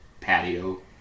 patio